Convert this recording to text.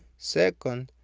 second,